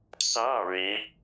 Sorry